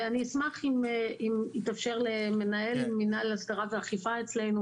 ואני אשמח אם יתאפשר למנהל מינהל הסדרה ואכיפה אצלנו